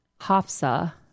Hafsa